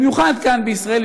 במיוחד כאן בישראל,